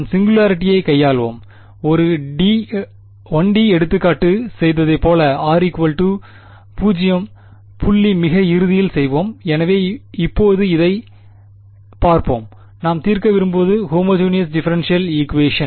நாம் சிங்குலாரிட்டியை கையாள்வோம் 1 டி எடுத்துக்காட்டு செய்ததைப் போல r 0 புள்ளி மிக இறுதியில் செய்வோம் எனவே இப்போது இதை இப்போது பார்ப்போம் நாம் தீர்க்க விரும்புவது ஹோமோஜீணியஸ் டிபரென்ஷியல் ஈக்குவேஷன்